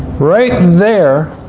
right there,